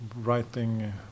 writing